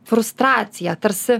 frustraciją tarsi